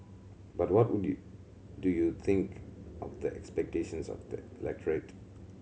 but what would you do you think of the expectations of the electorate